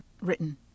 written